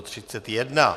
31.